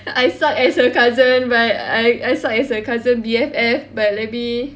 I suck as a cousin but I I suck as a cousin B_F_F but let me